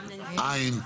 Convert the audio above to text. אין.